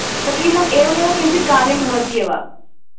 प्रतिदिनम् एवम् एव किञ्चित् कार्यं भवत्येव